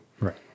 Right